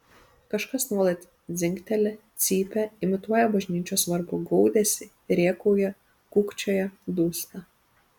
kažkas nuolat dzingteli cypia imituoja bažnyčios varpų gaudesį rėkauja kūkčioja dūsta